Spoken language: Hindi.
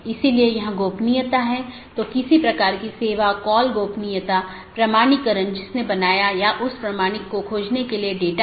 अपडेट मेसेज का उपयोग व्यवहार्य राउटरों को विज्ञापित करने या अव्यवहार्य राउटरों को वापस लेने के लिए किया जाता है